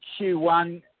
Q1